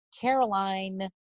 Caroline